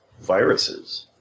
viruses